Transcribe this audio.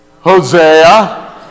Hosea